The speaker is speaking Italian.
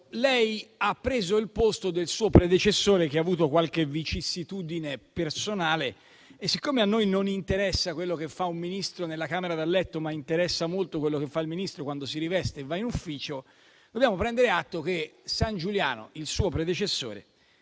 lei ha preso il posto del suo predecessore, che ha avuto qualche vicissitudine personale. Siccome a noi non interessa quello che fa un Ministro nella camera da letto, ma interessa molto quello che fa un Ministro quando si riveste e va in ufficio, dobbiamo prendere atto del fatto che Sangiuliano, il suo predecessore,